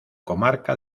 comarca